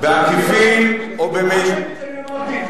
אל תגיד לי שאמרתי את זה.